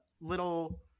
little